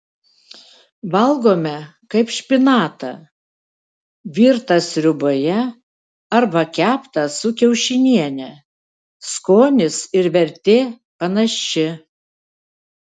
valgome kaip špinatą virtą sriuboje arba keptą su kiaušiniene skonis ir vertė panaši